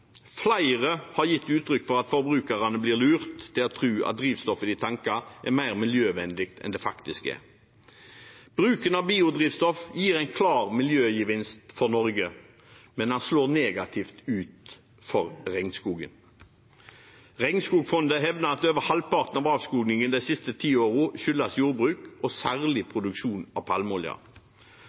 Flere har gitt uttrykk for at forbrukerne blir lurt til å tro at drivstoffet de tanker, er mer miljøvennlig enn det faktisk er. Bruken av biodrivstoff gir en klar miljøgevinst for Norge, men det slår negativt ut for regnskogen. Regnskogfondet hevder at over halvparten av avskogingen de siste ti årene skyldes jordbruk og særlig produksjon av palmeolje.